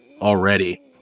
already